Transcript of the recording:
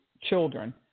children